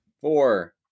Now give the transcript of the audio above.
four